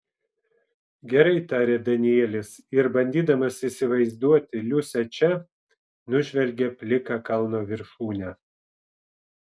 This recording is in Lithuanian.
gerai tarė danielis ir bandydamas įsivaizduoti liusę čia nužvelgė pliką kalno viršūnę